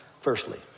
firstly